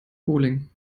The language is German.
bowling